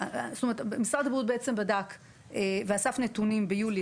משרד הבריאות בעצם בדק ואסף נתונים ביולי